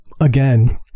Again